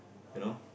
you know